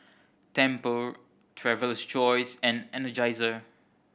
Tempur Traveler's Choice and Energizer